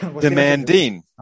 Demanding